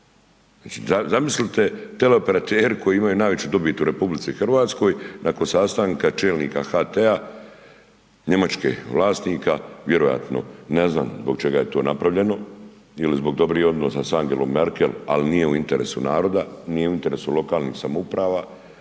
Zamislite, teleoperateri koji imaju najveću dobit u RH, nakon sastanka čelnika HT-a, njemačkih vlasnika, vjerojatno, ne znam, zbog čega je to napravljeno ili zbog dobrih odnosa sa Angelom Merkel, ali nije u interesu naroda, nije u interesu lokalnih samouprava,